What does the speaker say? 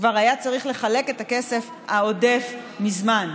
כשכבר היה צריך לחלק את הכסף העודף מזמן.